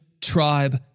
tribe